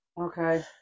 Okay